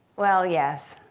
well, yes.